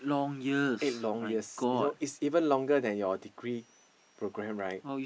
eight long years you know it's even longer than your degree program right